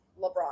LeBron